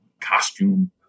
costume